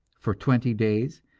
for twenty days,